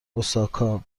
اوساکا